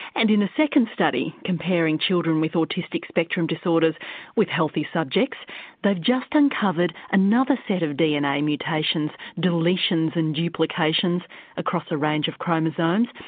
and in a second study comparing children with autistic spectrum disorders with healthy subjects they've just uncovered another set of dna mutations, deletions and duplications across a range of chromosomes,